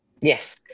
Yes